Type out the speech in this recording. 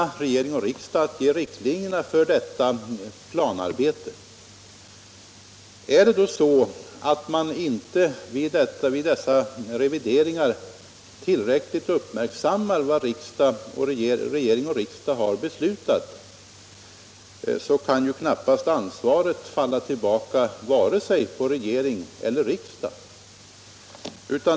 Regering och riksdag har att ange riktlinjerna för detta planarbete. Om man vid sådana revideringar inte tillräckligt uppmärksammar vad regering och riksdag har beslutat, så kan ju knappast ansvaret falla på vare sig regering eller riksdag.